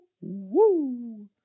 Woo